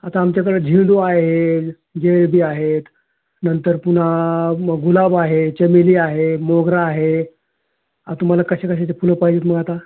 आता आमच्याकडे झेंडू आहे चमेली आहेत नंतर पुन्हा गुलाब आहे चमेली आहे मोगरा आहे आता तुम्हाला कशाकशाचे फुलं पाहिजेेत मग आता